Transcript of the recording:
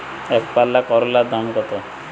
একপাল্লা করলার দাম কত?